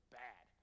bad